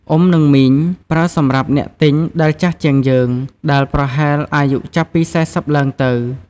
“អ៊ុំ” និង “មីង” ប្រើសម្រាប់អ្នកទិញដែលចាស់ជាងយើង ដែលប្រហែលអាយុចាប់ពី ៤០ ឡើងទៅ។